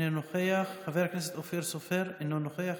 אינו נוכח,